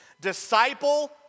disciple